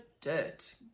dirt